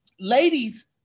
Ladies